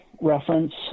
reference